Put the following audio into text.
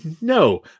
no